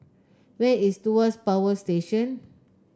where is Tuas Power Station